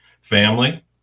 family